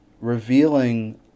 revealing